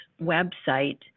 website